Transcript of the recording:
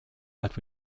but